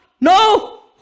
no